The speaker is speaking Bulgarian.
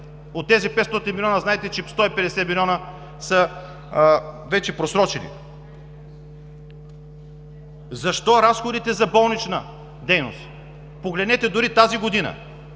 От тези 500 милиона знаете, че 150 милиона вече са просрочени. Защо разходите за болнична дейност, погледнете дори тази година,